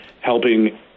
helping